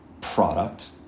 product